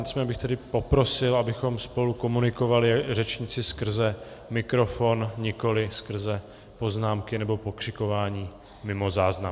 Nicméně bych tedy poprosil, abychom spolu komunikovali, řečníci, skrze mikrofon, nikoliv skrze poznámky nebo pokřikování mimo záznam.